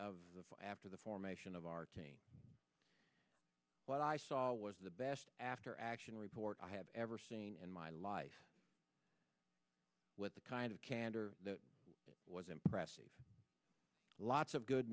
of after the formation of our what i saw was the best after action report i have ever seen in my life with the kind of candor that was impressive lots of good